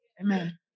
Amen